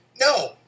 no